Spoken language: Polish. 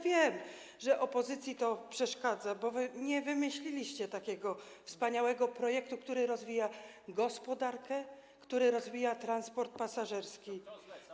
Wiem, że opozycji to przeszkadza, bo wy nie wymyśliliście takiego wspaniałego projektu, który rozwija gospodarkę, który rozwija transport pasażerski.